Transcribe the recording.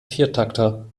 viertakter